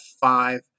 Five